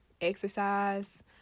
exercise